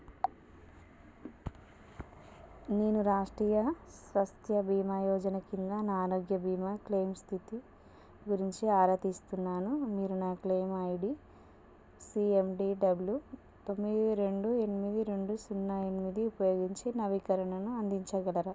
నేను రాష్ట్రీయ స్వస్థ్య భీమా యోజన కింద నా ఆరోగ్య భీమా క్లెయిమ్ స్థితి గురించి ఆరాతీస్తున్నాను మీరు నా క్లెయిమ్ ఐడీ సిఎండీడబ్ల్యూ తొమ్మిది రెండు ఎనిమిది రెండు సున్నా ఎనిమిది ఉపయోగించి నవీకరణను అందించగలరా